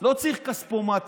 לא צריך כספומטים,